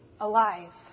alive